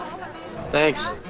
Thanks